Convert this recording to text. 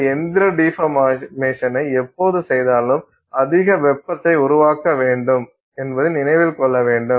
இந்த இயந்திர டிபர்மேஷன்னை எப்போது செய்தாலும் அதிக வெப்பத்தை உருவாக்க வேண்டும் என்பதை நினைவில் கொள்ள வேண்டும்